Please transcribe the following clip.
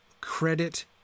credit